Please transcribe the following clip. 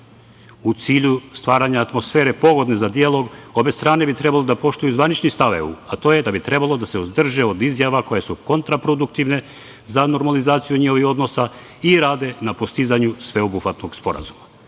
cilju stvaranja atmosfere povoljne za dijalog, obe strane bi trebalo da poštuju zvanični stav EU, a to je da bi trebalo da se uzdrže od izjava koje su kontraproduktivne za normalizaciju njihovih odnosa i da rade na postizanju sveobuhvatnog sporazuma.